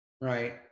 Right